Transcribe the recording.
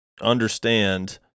understand